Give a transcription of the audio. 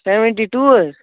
seventy two حظ